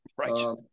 Right